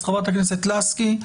חברת הכנסת לסקי.